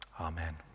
amen